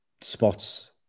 spots